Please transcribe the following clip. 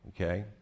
okay